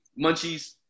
munchies